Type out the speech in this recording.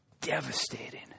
devastating